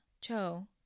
Cho